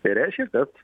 tai reiškia kad